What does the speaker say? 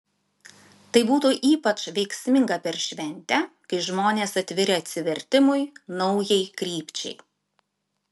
tai būtų ypač veiksminga per šventę kai žmonės atviri atsivertimui naujai krypčiai